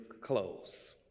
Clothes